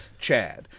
Chad